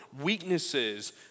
weaknesses